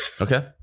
okay